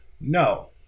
No